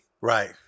Right